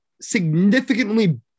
significantly